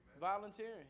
Volunteering